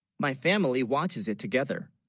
my family, watches it together,